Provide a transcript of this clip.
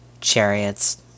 chariots